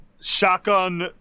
Shotgun